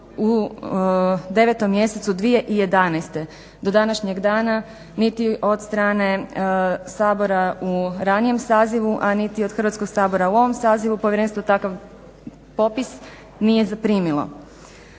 u 9. mjesecu 2011. Do današnjeg dana niti od strane Sabora u ranijem sazivu, a niti od Hrvatskog sabora u ovom sazivu povjerenstvo takav popis nije zaprimilo.